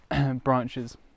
branches